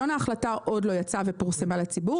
לשון ההחלטה עוד לא יצאה ופורסמה לציבור.